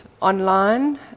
online